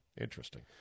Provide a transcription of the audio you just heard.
Interesting